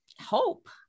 Hope